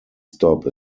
stop